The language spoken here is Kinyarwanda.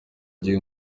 cy’uyu